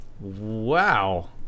Wow